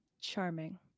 charming